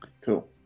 Cool